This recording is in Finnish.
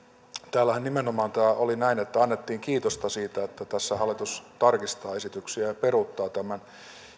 täällähän nimenomaan tämä oli näin että annettiin kiitosta siitä että tässä hallitus tarkistaa esityksiään ja peruuttaa